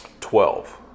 Twelve